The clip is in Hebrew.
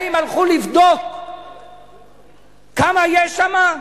האם הלכו לבדוק כמה יש שם?